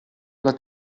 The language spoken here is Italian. alla